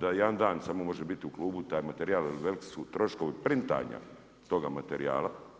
da jedan dan samo može biti u klubu taj materijal, jer veliki su troškovi printanja, toga materijala.